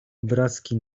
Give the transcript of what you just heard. obrazki